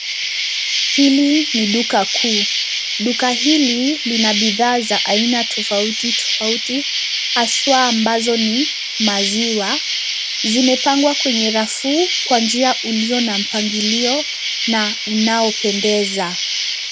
Hili ni duka kuu. Duka hili ina bidhaa za aina tofauti tofauti haswa ambazo ni maziwa, umepangwa kwenye rafu kwa njia yenye mpangilio na unaopendeza.